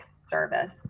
service